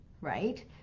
right